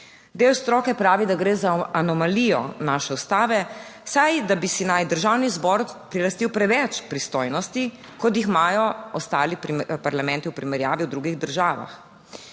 Del stroke pravi, da gre za anomalijo naše ustave, saj da bi si naj Državni zbor prilastil preveč pristojnosti, kot jih imajo ostali parlamenti v primerjavi v drugih državah.